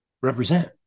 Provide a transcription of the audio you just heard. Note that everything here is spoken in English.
represent